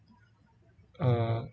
uh